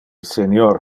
senior